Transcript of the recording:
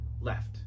left